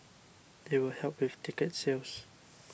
it will help with ticket sales